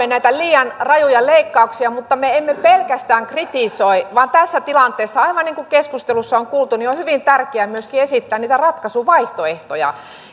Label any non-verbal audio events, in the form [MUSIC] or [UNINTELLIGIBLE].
[UNINTELLIGIBLE] näitä liian rajuja leikkauksia mutta me emme pelkästään kritisoi vaan tässä tilanteessa aivan niin kuin keskustelussa on kuultu on hyvin tärkeää myöskin esittää niitä ratkaisuvaihtoehtoja